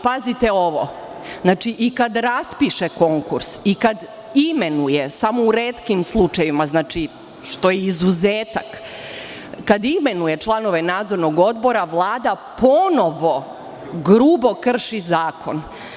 Pazite ovo, i kada raspiše konkurs, i kada imenuje, samo u retkim slučajevima, znači, što je izuzetak, članove nadzornog odbora Vlada ponovo grubo krši zakon.